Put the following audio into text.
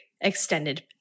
extended